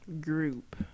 group